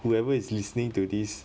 whoever is listening to this